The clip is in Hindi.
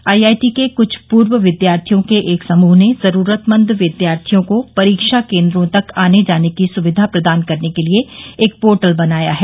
आईआईटी के कुछ पूर्व विद्यार्थियों के एक समूह ने जरूरतमंद विद्यार्थियों को परीक्षा केन्द्रों तक आने जाने की सुविधा प्रदान करने के लिए एक पोर्टल बनाया है